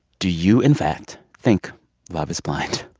do you, in fact, think love is blind?